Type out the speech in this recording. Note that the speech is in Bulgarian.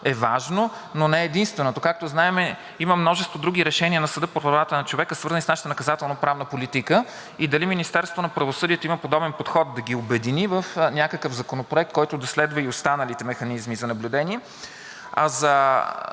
са важни, но не са единствените? Както знаем, има множество други решения на Съда по правата на човека, свързани с нашата наказателноправна политика. Дали Министерството на правосъдието има подобен подход – да ги обедини в някакъв законопроект, който да следва и останалите механизми за наблюдение? За